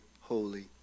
holy